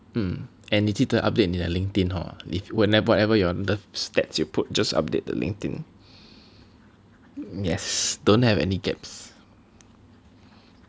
mm and 你记得 update 你的 Linkedin hor if whenever ever your the stats you put just update the Linkedin yes don't have any gaps